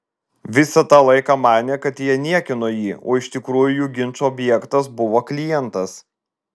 visą tą laiką manė kad jie niekino jį o iš tikrųjų jų ginčo objektas buvo klientas